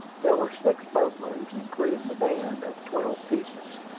there were six boat-loads, including the band of twelve pieces.